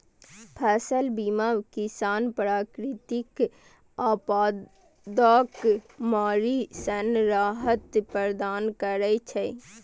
फसल बीमा किसान कें प्राकृतिक आपादाक मारि सं राहत प्रदान करै छै